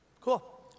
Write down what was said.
Cool